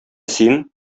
син